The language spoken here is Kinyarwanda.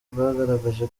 bwagaragaje